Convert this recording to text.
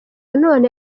none